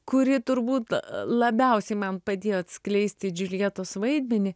kuri turbūt labiausiai man padėjo atskleisti džiuljetos vaidmenį